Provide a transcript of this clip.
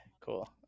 Cool